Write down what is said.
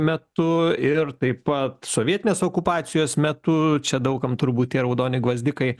metu ir taip pat sovietinės okupacijos metu čia daug kam turbūt tie raudoni gvazdikai